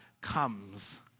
comes